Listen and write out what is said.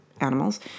animals